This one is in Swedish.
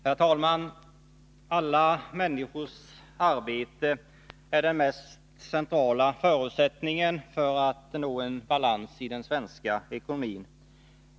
Herr talman! Alla människors arbete är den mest centrala förutsättningen för att vi skall nå en balans i den svenska ekonomin.